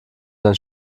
sein